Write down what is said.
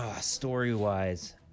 story-wise